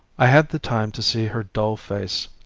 i had the time to see her dull face,